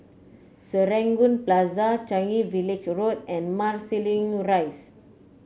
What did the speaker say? Serangoon Plaza Changi Village Road and Marsiling Rise